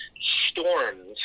storms